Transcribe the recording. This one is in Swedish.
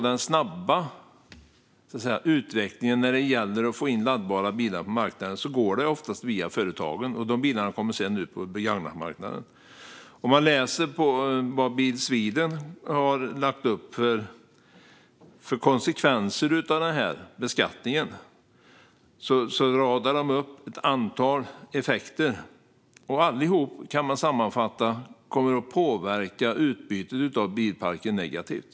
Den snabba utvecklingen när det gäller att få in laddbara bilar på marknaden går oftast via företagen eftersom de bilarna sedan kommer ut på begagnatmarknaden. Bil Sweden radar upp ett antal effekter och konsekvenser av den här beskattningen som alla, kan man sammanfatta det, kommer att påverka utbytet av bilparken negativt.